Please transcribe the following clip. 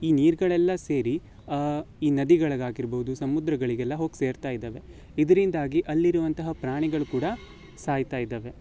ಈ ನೀರುಗಳೆಲ್ಲ ಸೇರಿ ಈ ನದಿಗಳಿಗಾಗಿರ್ಬೋದು ಸಮುದ್ರಗಳಿಗೆಲ್ಲ ಹೋಗಿ ಸೇರ್ತಾ ಇದವೆ ಇದರಿಂದಾಗಿ ಅಲ್ಲಿರುವಂತಹ ಪ್ರಾಣಿಗಳು ಕೂಡ ಸಾಯ್ತಾ ಇದವೆ